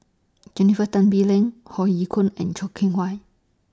Jennifer Tan Bee Leng Hoe Yeo Koon and Choo Keng Kwang